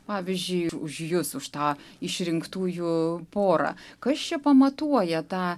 pavyzdžiui už jus už tą išrinktųjų porą kas čia pamatuoja tą